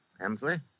Hemsley